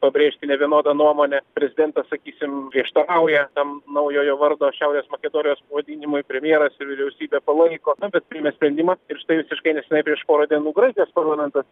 pabrėžti nevienodą nuomonę prezidentas sakysim prieštarauja tam naujojo vardo šiaurės makedonijos pavadinimui premjeras ir vyriausybė palaiko na bet priėmė sprendimą ir štai visiškai nesenai prieš porą graikijos parlamentas